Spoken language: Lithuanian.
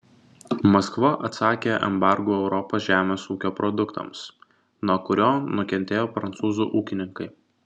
maskva atsakė embargu europos žemės ūkio produktams nuo kurio nukentėjo prancūzų ūkininkai